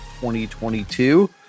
2022